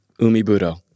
umibudo